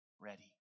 ready